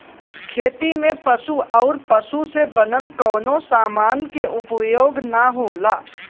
खेती में पशु आउर पशु से बनल कवनो समान के उपयोग ना होला